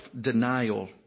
denial